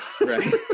right